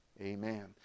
amen